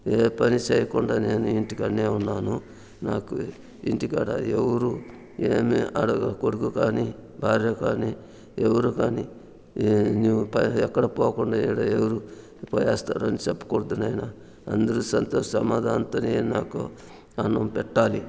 ఏ పని చెయ్యకుండా నేనే ఇంటి కాడనే ఉన్నాను నాకు ఇంటికాడా ఎవ్వరు ఏమీ అడగ కూడదు కాని భార్య కాని ఎవరు కాని నీవు పో ఎక్కడకి పోకుండా ఎవరు ఇక్కడ ఏం చేస్తావు అని చెప్పకూడదు నాయన అందరూ సత్య సమాధానమతోనే నాకు అన్నం పెట్టాలి